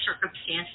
circumstances